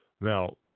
now